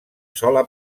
sola